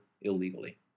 illegally